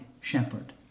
shepherd